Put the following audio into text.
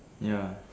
ya